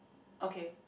okay